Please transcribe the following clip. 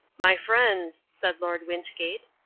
my friends said lord wynchgate,